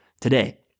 today